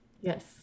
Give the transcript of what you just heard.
Yes